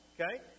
okay